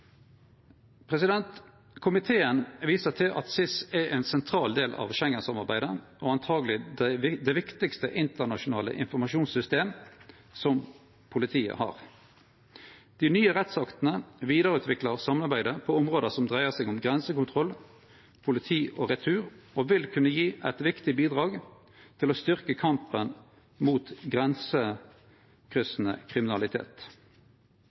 Komiteen viser til at SIS er ein sentral del av Schengen-samarbeidet og antakeleg det viktigaste internasjonale informasjonssystemet som politiet har. Dei nye rettsaktene vidareutviklar samarbeidet på område som dreier seg om grensekontroll, politi og retur og vil kunne gje eit viktig bidrag til å styrkje kampen mot grensekryssande kriminalitet,